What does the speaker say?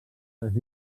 les